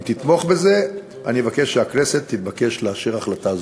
אם תתמוך בזה אני אבקש שהכנסת תאשר החלטה זו.